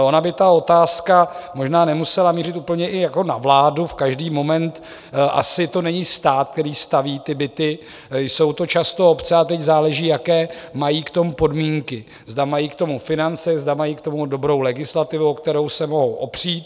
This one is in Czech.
Ona by ta otázka možná nemusela mířit úplně na vládu v každý moment to asi to není stát, který staví byty, jsou to často obce, a teď záleží, jaké mají k tomu podmínky, zda mají k tomu finance, zda mají k tomu dobrou legislativu, o kterou se mohou opřít.